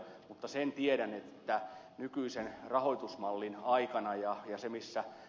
mutta sen tiedän että nykyisen rahoitusmallin aikana ja viestimissä